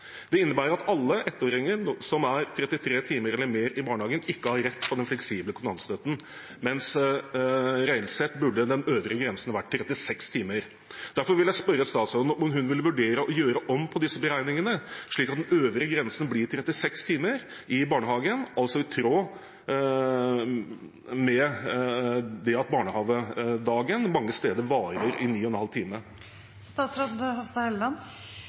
Det innebærer at alle ettåringer som er 33 timer eller mer i barnehagen, ikke har rett på den fleksible kontantstøtten, mens reelt sett burde den øvre grensen vært 36 timer. Derfor vil jeg spørre statsråden om hun vil vurdere å gjøre om på disse beregningene, slik at den øvre grensen blir 36 timer i barnehagen, altså i tråd med det at barnehagedagen mange steder varer i ni og en halv time.